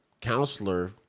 counselor